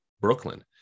Brooklyn